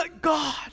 God